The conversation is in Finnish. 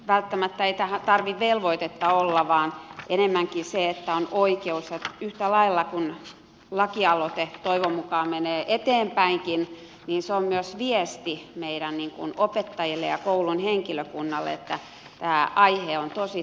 välttämättä ei tarvitse velvoitetta olla vaan enemmänkin se että on oikeus ja yhtä lailla kun lakialoite toivon mukaan menee eteenpäin se on myös viesti meidän opettajille ja koulun henkilökunnalle että tämä aihe on tosi tärkeä